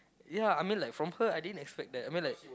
ya I mean like from her I didn't expect that I mean like